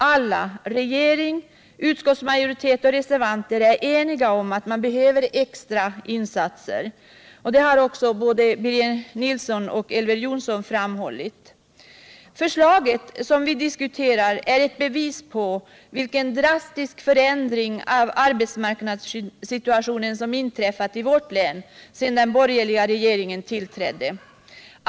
Alla — regering, utskottsmajoritet och reservanter — är eniga om att extra insatser behövs, och det har också både Birger Nilsson och Elver Jonsson framhållit. Det förslag vi diskuterar är ett bevis på vilken drastisk förändring av arbetsmarknadssituationen som inträffat i vårt län sedan den borgerliga regeringen tillträdde.